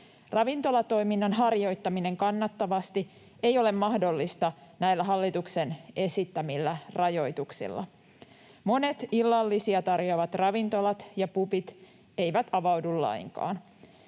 Ravintolatoiminnan harjoittaminen kannattavasti ei ole mahdollista näillä hallituksen esittämillä rajoituksilla. Monet illallisia tarjoavat ravintolat ja pubit eivät avaudu lainkaan.